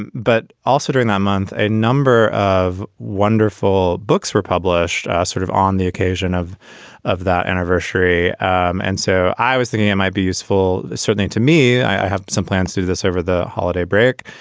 and but also doing that month, a number of wonderful books republished sort of on the occasion of of that anniversary. um and so i was thinking it might be useful, certainly to me. i have some plans to this over the holiday break.